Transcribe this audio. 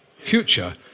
future